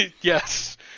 Yes